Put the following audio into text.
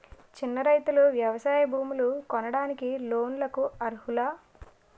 చిన్న రైతులు వ్యవసాయ భూములు కొనడానికి లోన్ లకు అర్హులా?